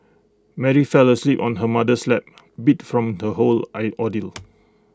Mary fell asleep on her mother's lap beat from the whole I ordeal